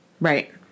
Right